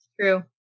True